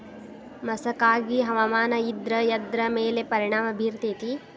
ಮಸಕಾಗಿ ಹವಾಮಾನ ಇದ್ರ ಎದ್ರ ಮೇಲೆ ಪರಿಣಾಮ ಬಿರತೇತಿ?